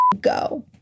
go